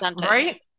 right